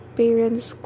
parents